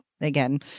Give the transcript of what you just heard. again